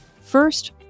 First